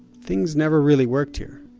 things never really worked here.